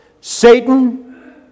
Satan